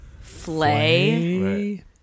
Flay